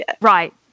Right